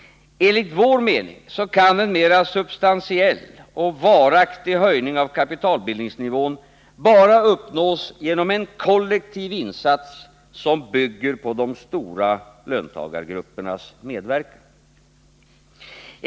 Enligt vår mening kan en mer substantiell och varaktig höjning av kapitalbildningsnivån bara uppnås genom en kollektiv insats, som bygger på de stora löntagargruppernas medverkan.